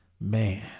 Man